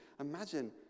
imagine